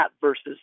versus